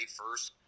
first